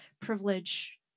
privilege